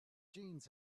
jeans